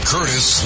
Curtis